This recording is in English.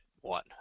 one